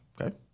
Okay